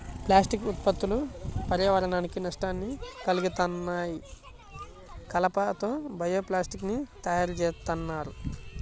plastic ఉత్పత్తులు పర్యావరణానికి నష్టాన్ని కల్గిత్తన్నాయి, కలప తో బయో ప్లాస్టిక్ ని తయ్యారుజేత్తన్నారు